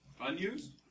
Unused